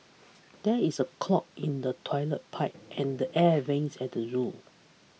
there is a clog in the Toilet Pipe and the Air Vents at the zoo